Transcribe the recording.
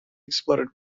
exploded